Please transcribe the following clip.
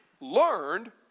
learned